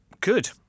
Good